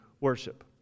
worship